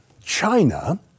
China